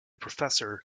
professor